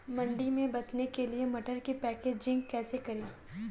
मंडी में बेचने के लिए मटर की पैकेजिंग कैसे करें?